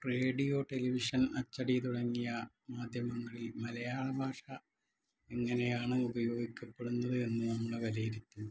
radio television അച്ചടി തുടങ്ങിയ മാധ്യമങ്ങളിൽ മലയാള ഭാഷ എങ്ങനെയാണ് ഉപയോഗിക്കപ്പെടുന്നത് എന്ന് നമ്മൾ വിലയിരുത്തുമ്പോൾ